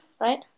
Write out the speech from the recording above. right